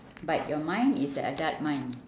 but your mind is an adult mind